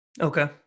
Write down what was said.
Okay